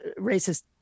racist